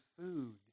food